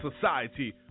society